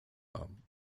haben